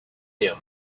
him